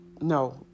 no